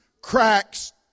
cracks